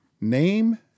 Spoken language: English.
Name